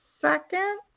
second